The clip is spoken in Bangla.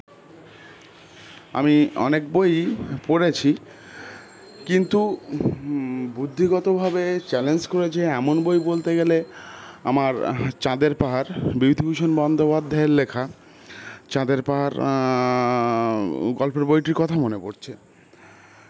আমি অনেক বই পড়েছি কিন্তু বুদ্ধিগতভাবে চ্যালেঞ্জ করে যে এমন বই বলতে গেলে আমার চাঁদের পাহাড় বিভূতিভূষণ বন্দ্যোপাধ্যায়ের লেখা চাঁদের পাহাড় গল্পের বইটির কথা মনে পড়ছে